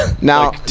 Now